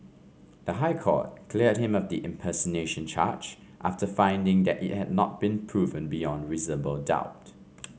the High Court cleared him of the impersonation charge after finding that it had not been proven beyond reasonable doubt